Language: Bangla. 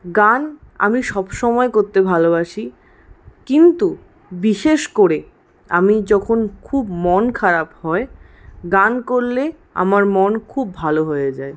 গান আমি সবসময় করতে ভালোবাসি কিন্তু বিশেষ করে আমি যখন খুব মন খারাপ হয় গান করলে আমার মন খুব ভালো হয়ে যায়